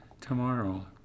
tomorrow